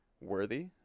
worthy